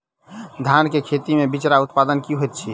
धान केँ खेती मे बिचरा उत्पादन की होइत छी?